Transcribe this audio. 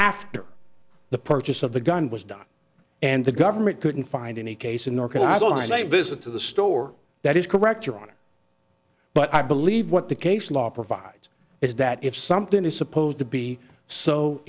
after the purchase of the gun was done and the government couldn't find any case in their cars on a visit to the store that is correct your honor but i believe what the case law provides is that if something is supposed to be so